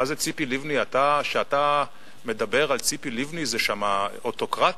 מה, כשאתה מדבר על ציפי לבני, שם זה אוטוקרטיה?